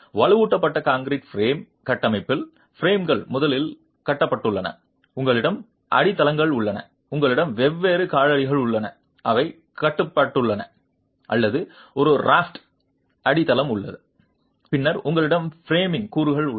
வலுவூட்டப்பட்ட concrete frame கட்டமைப்பில் பிரேம்கள் முதலில் கட்டப்பட்டுள்ளன உங்களிடம் அடித்தளங்கள் உள்ளன உங்களிடம் வெவ்வேறு காலடிகள் உள்ளன அவை கட்டப்பட்டுள்ளன அல்லது ஒரு ராஃப்ட் அடித்தளம் உள்ளன பின்னர் உங்களிடம் ஃப்ரேமிங் கூறுகள் உள்ளன